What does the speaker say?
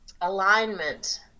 alignment